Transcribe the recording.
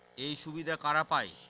এই সুবিধা কারা পায়?